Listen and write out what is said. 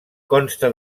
consta